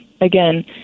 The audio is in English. Again